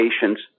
patients